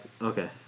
okay